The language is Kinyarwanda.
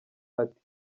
ati